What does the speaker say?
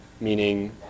meaning